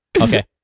Okay